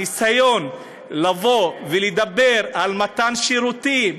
הניסיון לבוא ולדבר על מתן שירותים,